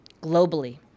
globally